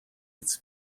its